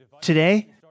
Today